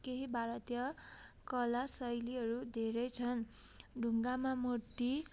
केही भारतीय कला शैलीहरू धेरै छन् ढुङ्गामा मूर्ति